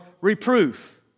reproof